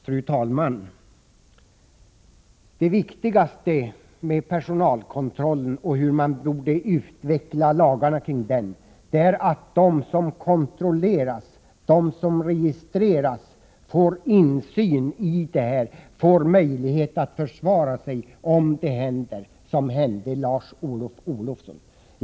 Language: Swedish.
Fru talman! Det viktigaste när man — som man borde göra — utvecklar lagarna kring personalkontroll är att de som kontrolleras, de som registreras, får insyn och får en möjlighet att försvara sig om det som hände Lars Olof Olofsson händer någon annan.